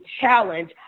challenge